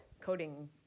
coding